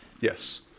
Yes